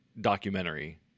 documentary